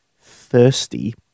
thirsty